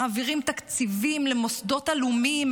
מעבירים תקציבים למוסדות עלומים,